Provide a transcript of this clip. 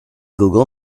google